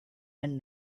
and